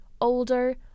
older